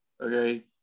okay